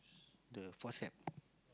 the forceps